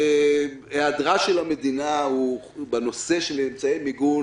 היעדרה של המדינה בנושא של אמצעי מיגון